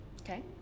Okay